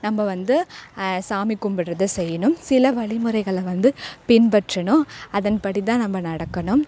நம்ப வந்து சாமி கும்பிட்றத செய்யணும் சில வழிமுறைகள வந்து பின்பற்றணும் அதன்படி தான் நம்ம நடக்கணும்